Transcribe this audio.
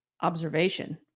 observation